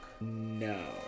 No